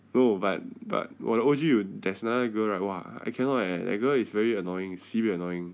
no but but 我的 O_G will definitely go like !wah! I cannot eh that girl is very annoying sibeh annoying